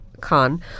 Khan